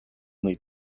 need